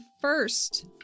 first